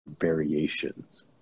variations